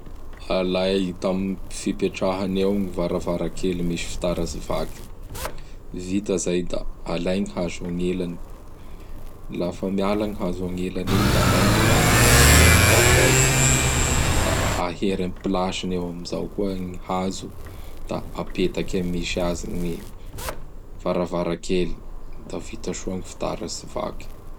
Alay tam fipetrarany eo gn varavarakely misy fitaratsy vaky. Vita izay da alay gny hazo agn'ilany. Laha fa miala gny hazo agnilany iny; da alay gny vaky; da soloa gny vaovao. Da ahery am plasiny eo amin'izao koa gny hazo; da apetaky am misy azy gny varavarakely. Da vita soa gny fitaratsy vaky.